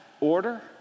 order